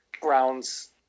grounds